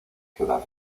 ciudad